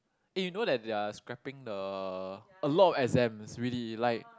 eh you know that they're scraping the a lot of exams really like